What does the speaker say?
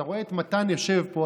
אתה רואה את מתן יושב פה,